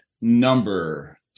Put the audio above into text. number